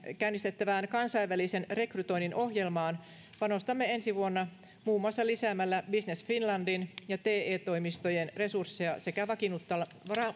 käynnistettävään kansainvälisen rekrytoinnin ohjelmaan panostamme ensi vuonna muun muassa lisäämällä business finlandin ja te toimistojen resursseja sekä vakiinnuttamalla